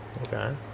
Okay